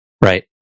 right